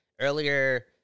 earlier –